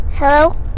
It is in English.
Hello